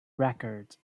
records